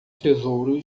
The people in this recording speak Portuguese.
tesouro